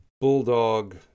bulldog